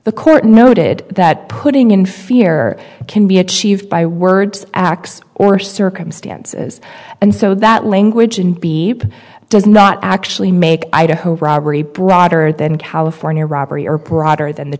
the court noted that putting in fear can be achieved by words acts or circumstances and so that language and b does not actually make idaho robbery broader than california robbery or broader than the